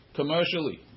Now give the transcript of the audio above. commercially